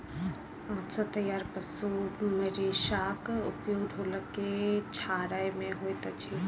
आंत सॅ तैयार पशु रेशाक उपयोग ढोलक के छाड़य मे होइत अछि